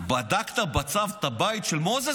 בדקת בצו את הבית של מוזס?